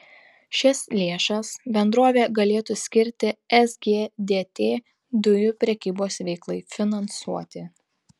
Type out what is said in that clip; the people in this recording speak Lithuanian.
šias lėšas bendrovė galėtų skirti sgdt dujų prekybos veiklai finansuoti